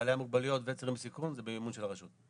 בעלי המוגבלויות וצעירים בסיכון זה במימון של הרשות.